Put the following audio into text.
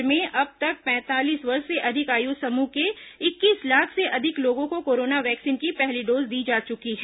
राज्य में अब तक पैंतालीस वर्ष से अधिक आयु समूह के इक्कीस लाख से अधिक लोगों को कोरोना वैक्सीन की पहली डोज दी जा चुकी है